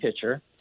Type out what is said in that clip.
pitcher